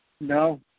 No